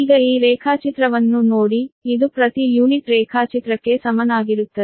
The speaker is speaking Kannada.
ಈಗ ಈ ರೇಖಾಚಿತ್ರವನ್ನು ನೋಡಿ ಇದು ಪ್ರತಿ ಯೂನಿಟ್ ರೇಖಾಚಿತ್ರಕ್ಕೆ ಸಮನಾಗಿರುತ್ತದೆ